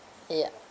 ya